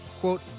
quote